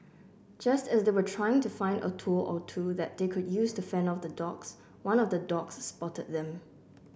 just as they were trying to find a tool or two that they could use to fend off the dogs one of the dogs spotted them